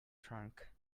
trunk